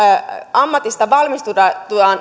koulutuksesta valmistutaan